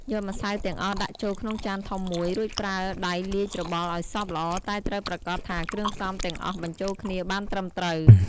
យកម្សៅទាំងអស់ដាក់ចូលក្នុងចានធំមួយ រួចប្រើដៃលាយច្របល់ឱ្យសព្វល្អតែត្រូវប្រាកដថាគ្រឿងផ្សំទាំងអស់បញ្ចូលគ្នាបានត្រឹមត្រួវ។